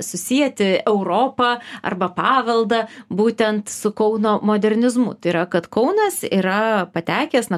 susieti europą arba paveldą būtent su kauno modernizmu tai yra kad kaunas yra patekęs na